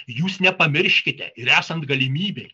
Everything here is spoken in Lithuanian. jūs nepamirškite ir esant galimybei